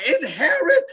inherit